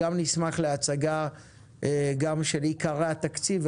נשמח גם להצגה של עיקרי התקציב,